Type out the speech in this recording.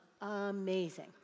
amazing